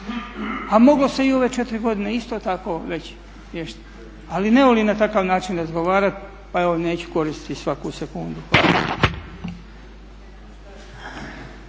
A moglo se i u ove 4 godine isto tako već riješiti. Ali ne volim na takav način razgovarati pa evo neću koristiti svaku sekundu.